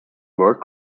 world